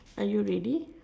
are you ready